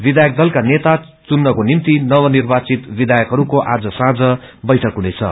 विधायक दलका नेता चुन्नको निम्ति नवनिर्वाचित विषयकहरूको आज सौंम्न वैठक हुनेछ